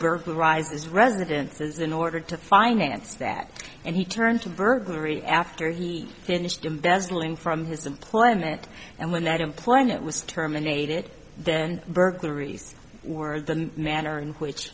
his residences in order to finance that and he turned to burglary after he finished embezzling from his employment and when that employment was terminated then burglaries or the manner in which